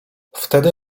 wtedy